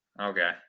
Okay